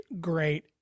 great